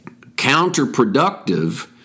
counterproductive